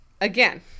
again